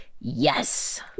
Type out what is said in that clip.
Yes